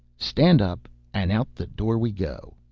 stand up and out the door we go.